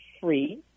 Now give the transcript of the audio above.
Free